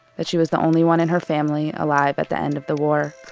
that she was the only one in her family alive at the end of the war.